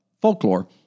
folklore